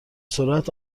سرعت